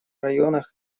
районах